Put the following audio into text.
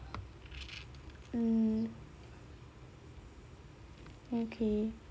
mmhmm okay